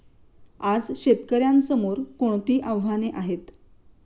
आज शेतकऱ्यांसमोर कोणती आव्हाने आहेत?